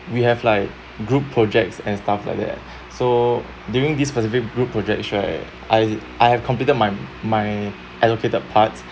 we have like group projects and stuff like that so during this specific group projects right I I have completed my my allocated parts